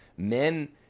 Men